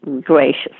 gracious